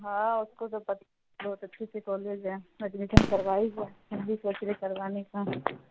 ہاں اس کو تو بہت اچھی سی کالج ہے ایڈمیشن کروا ہے ہم بھی سوچ رہے کروانے کا